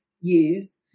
use